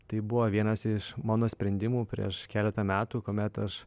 tai buvo vienas iš mano sprendimų prieš keletą metų kuomet aš